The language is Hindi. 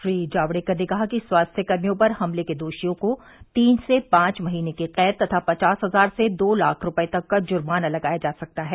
श्री जावड़ेकर ने कहा कि स्वास्थ्यकर्मियों पर हमले के दोषियों को तीन से पांच महीने की कैद तथा पचास हजार से दो लाख रुपये तक का जुर्माना लगाया जा सकता है